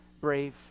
brave